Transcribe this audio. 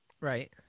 Right